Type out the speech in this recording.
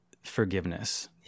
forgiveness